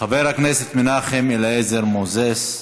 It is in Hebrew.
חבר הכנסת מנחם אליעזר מוזס,